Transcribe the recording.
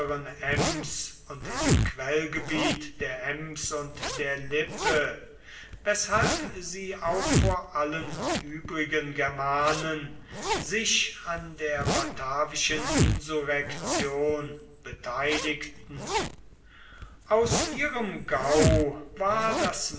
und in dem quellgebiet der ems und der lippe weshalb sie auch vor allen übrigen germanen sich an der batavischen insurrektion beteiligten aus ihrem gau war das